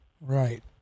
Right